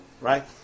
right